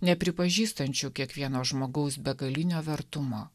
nepripažįstančių kiekvieno žmogaus begalinio vertumo